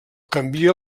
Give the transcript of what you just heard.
canvia